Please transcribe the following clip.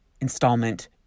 installment